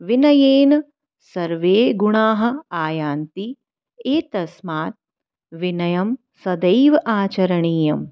विनयेन सर्वे गुणाः आयान्ति एतस्मात् विनयं सदैव आचरणीयम्